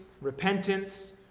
repentance